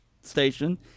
station